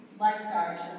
lifeguards